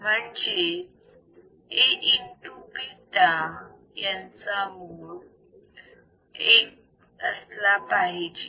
म्हणजेच A into beta यांचा mod 1 असला पाहिजे